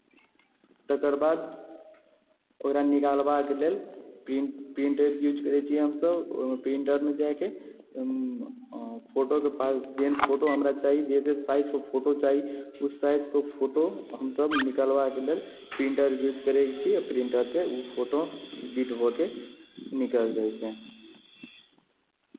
तकर बाद ओकरा निकालबाक लेल प्रिंट प्रिन्टर यूज करै छियै हमसभ ओहिमे प्रिन्टआउटमे जाय कऽ ओहिमे फोटोके पास जेहन फोटो हमरा चाही जे जे साइजके फोटो चाही उस साइजके फोटो हमसभ निकलबाके लेल प्रिन्टर यूज करै छी आ प्रिन्टरसँ ओ फोटो प्रिन्ट हो कऽ निकल जाइ छै